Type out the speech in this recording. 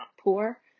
poor